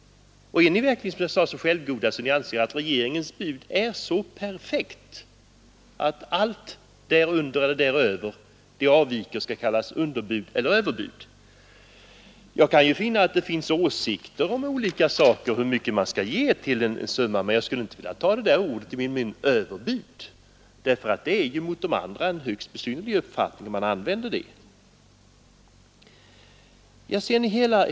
Anser ni verkligen att regeringens bud är så perfekta att allt därunder eller däröver måste kallas underbud eller överbud? Jag vet att det kan finnas olika åsikter om hur mycket man skall ge till ett visst ändamål, men jag skulle inte vilja ta det där ordet överbud i min mun, för att använda det skulle tyda på en högst besynnerlig uppfattning om de andra.